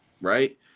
Right